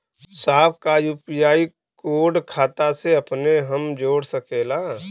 साहब का UPI code खाता से अपने हम जोड़ सकेला?